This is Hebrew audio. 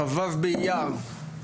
התרבות והספורט בתאריך כ״ו באייר התשפ״ג,